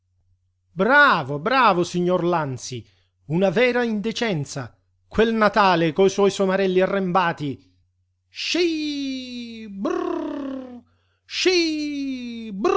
bravo bravo signor lanzi una vera indecenza quel natale co suoi somarelli arrembati sci brrr sci